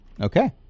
Okay